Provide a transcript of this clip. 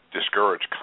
discourage